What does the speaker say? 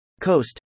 Coast